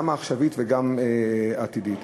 גם העכשווית וגם העתידית.